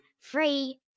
Free